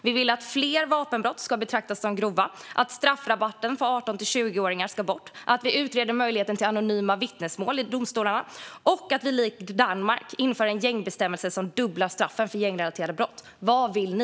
Vi vill att fler vapenbrott ska betraktas som grova, att straffrabatten för 18-20-åringar ska bort, att vi utreder möjligheten till anonyma vittnesmål i domstolar och att vi likt Danmark inför en gängbestämmelse som dubblar straffen för gängrelaterade brott. Vad vill ni?